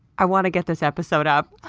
i wanna get this episode up.